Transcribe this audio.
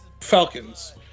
Falcons